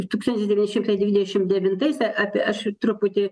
tūkstantis devyni šimtai devyniasdešim devintais apie aš truputį